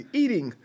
eating